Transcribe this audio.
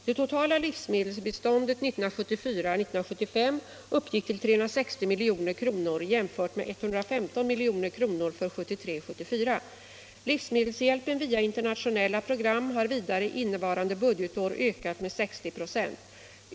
Det totala livsmedelsbiståndet 1974 74. Livsmedelshjälpen via internationella program har vidare innevarande budgetår ökat med 60 96.